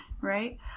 Right